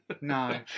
No